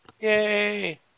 Yay